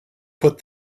put